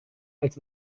als